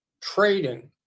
trading